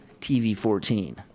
TV-14